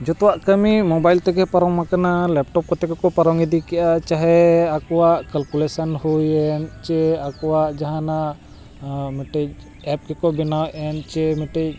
ᱡᱷᱚᱛᱚᱣᱟᱜ ᱠᱟᱹᱢᱤ ᱢᱳᱵᱟᱭᱤᱞ ᱛᱮᱜᱮ ᱯᱟᱨᱚᱢ ᱟᱠᱟᱱᱟ ᱞᱮᱯᱴᱚᱯ ᱠᱚᱛᱮ ᱜᱮᱠᱚ ᱯᱟᱨᱚᱢ ᱤᱫᱤ ᱠᱮᱜᱼᱟ ᱪᱟᱦᱮ ᱟᱠᱚᱣᱟᱜ ᱠᱟᱞᱠᱩᱞᱮᱥᱚᱱ ᱦᱩᱭᱮᱱ ᱪᱮ ᱟᱠᱚᱣᱟᱜ ᱡᱟᱦᱟᱱᱟᱜ ᱢᱤᱫᱴᱤᱡ ᱮᱯ ᱠᱮ ᱠᱚ ᱵᱮᱱᱟᱣ ᱮᱱ ᱥᱮ ᱢᱤᱫᱴᱤᱡ